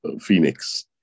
Phoenix